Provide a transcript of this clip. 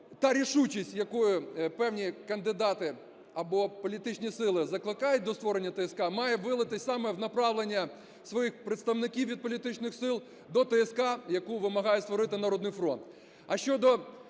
та рішучість, якою певні кандидати або політичні сили закликають до створення ТСК, має вилитись саме в направлення своїх представників від політичних сил до ТСК, яку вимагає створити "Народний фронт".